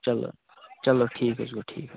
چَلو چَلو ٹھیٖک حظ گوٚو ٹھیٖک